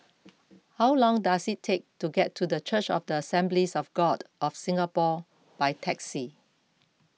how long does it take to get to Church of the Assemblies of God of Singapore by taxi